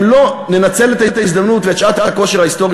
אם לא ננצל את ההזדמנות ואת שעת הכושר ההיסטורית